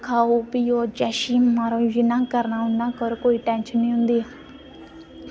खाओ पियो जैशी मारो मन करदा उ'आं करो कोई टेंशन निं होंदी ऐ